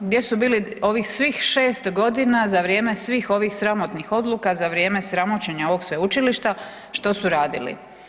Gdje su bili ovih svih 6 g. za vrijeme svih ovim sramotnih odluka, za vrijeme sramoćenja ovog sveučilišta, što su radili?